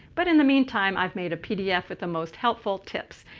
but in the meantime, i've made a pdf with the most helpful tips,